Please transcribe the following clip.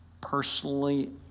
personally